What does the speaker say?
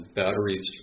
batteries